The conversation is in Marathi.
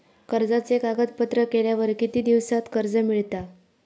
कर्जाचे कागदपत्र केल्यावर किती दिवसात कर्ज मिळता?